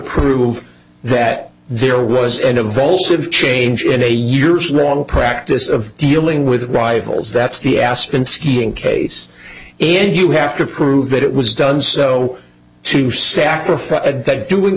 prove that there was and a voltage change in a year's normal practice of dealing with rivals that's the aspen skiing case if you have to prove that it was done so to sacrifice that doing